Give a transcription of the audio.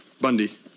Bundy